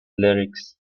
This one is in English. lyrics